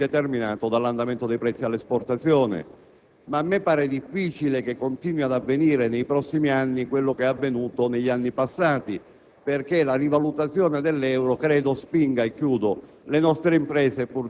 sostanzialmente l'altezza relativa rispetto all'impiego interno delle risorse è determinata dall'andamento dei prezzi all'esportazione. A me pare difficile che continui ad avvenire nei prossimi anni quanto è accaduto negli anni passati,